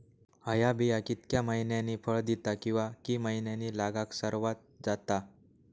हया बिया कितक्या मैन्यानी फळ दिता कीवा की मैन्यानी लागाक सर्वात जाता?